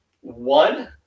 one